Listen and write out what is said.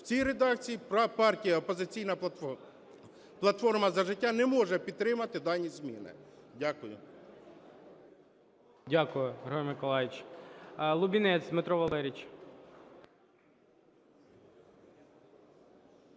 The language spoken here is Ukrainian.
В цій редакції партія "Опозиційна платформа - За життя" не може підтримати дані зміни. Дякую. ГОЛОВУЮЧИЙ. Дякую, Григорій Миколайович.